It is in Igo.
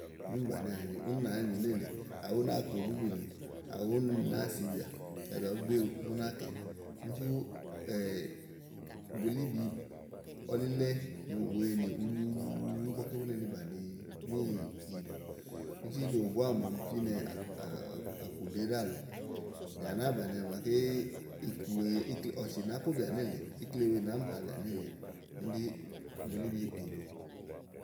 úni bànià nyo awu ú náa nyo nélèe, awu ú náa kplo búbì nyo awu ú náa sibìà kayi bìà bùú gbiéwu bú náa kɛ úni sú bulíbi, ɔlilɛ nyòo ùweenì ulu luulu ígbɔ ké bú ne ni bàni míì ìɖò úni íɖo búá màa ɔmi fínɛ ɔ̀ku ɖèé ɖálɔɔ bìà nàáa bànià màaké ikle wèe, ɔ̀sì nàáá póbìà nélèe, ikle wèe nàáá mi hàabìà nélèeè. úni ɖí bulí bi ìɖò.